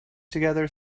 together